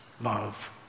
love